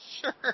sure